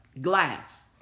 glass